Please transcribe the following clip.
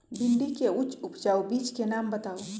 भिंडी के उच्च उपजाऊ बीज के नाम बताऊ?